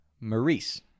Maurice